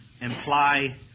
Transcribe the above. imply